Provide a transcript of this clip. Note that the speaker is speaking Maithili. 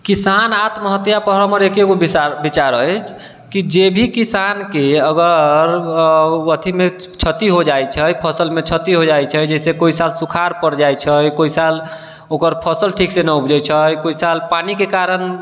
किसान आत्महत्या पर एके गो विचार अछि कि जेभी किसानके अगर अथि क्षति हो जाइत छै फसलमे क्षति हो जाइत छै कोइ साल सुखाड़ पड़ि जाइत छै कोइ साल ओकर फसल ठीकसँ नहि उपजैत छै कोइ साल पानिके कारण